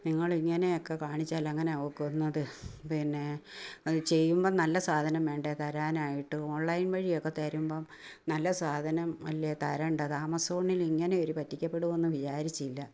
നിങ്ങൾ ഇങ്ങനെയൊക്കെ കാണിച്ചാൽ എങ്ങനാണ് ഒക്കുന്നത് പിന്നെ അത് ചെയ്യുമ്പം നല്ല സാധനം വേണ്ടേ തരാനായിട്ട് ഓൺലൈൻ വഴിയൊക്കെ തരുമ്പം നല്ല സാധനം അല്ലേ തരേണ്ടത് ആമസോണിലിങ്ങനെ ഒരു പറ്റിക്കപ്പെടുമെന്ന് വിചാരിച്ചില്ല